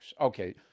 Okay